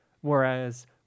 Whereas